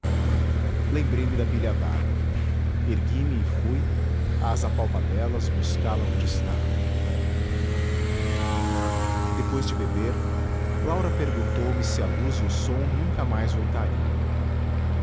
lembrei-me da bilha d'água ergui-me e fui às apalpadelas buscá-la onde estava depois de beber laura perguntou-me se a luz e o som nunca mais voltariam